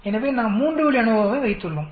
எனவே நாம் மூன்று வழி அநோவாவை வைத்துள்ளோம்